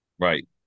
Right